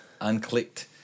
Unclicked